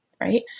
right